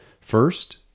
First